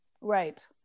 right